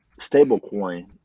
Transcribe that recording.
stablecoin